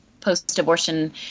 post-abortion